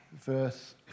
verse